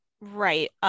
Right